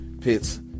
pits